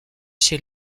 chez